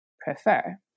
prefer